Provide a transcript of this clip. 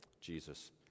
Jesus